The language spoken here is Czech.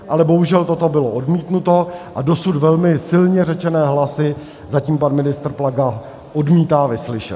Ale bohužel toto bylo odmítnuto a dosud velmi silně řečené hlasy zatím pan ministr Plaga odmítá vyslyšet.